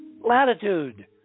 latitude